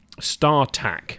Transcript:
StarTAC